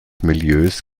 milieus